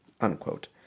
unquote